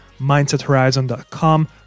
MindsetHorizon.com